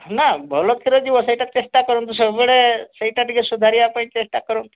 ନାଁ ଭଲ କ୍ଷୀର ଯିବ ସେଇଟା ଚେଷ୍ଟା କରନ୍ତୁ ସବୁବେଳେ ସେଇଟା ଟିକିଏ ସୁଧାରିବା ପାଇଁ ଚେଷ୍ଟା କରନ୍ତୁ